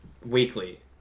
Weekly